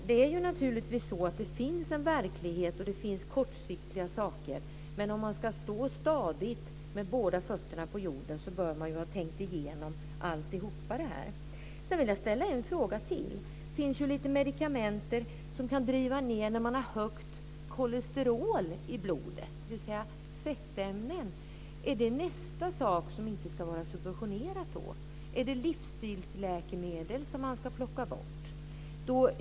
Det finns naturligtvis en verklighet och kortsiktiga hänsynstaganden, men om man ska stå stadigt med båda fötterna på jorden bör man ha tänkt igenom alltihop. Sedan vill jag ställa en fråga till. Det finns medikamenter som kan driva ned värdena när man har högt kolesterol i blodet, dvs. fettämnen. Är det nästa sak som inte ska vara subventionerad? Är det livsstilsläkemedel som man ska plocka bort?